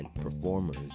performers